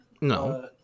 No